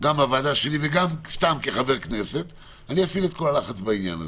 לוועדה שלי, אני אפעיל את כל הלחץ בעניין הזה.